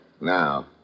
Now